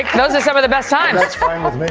those are some of the best times that's fine with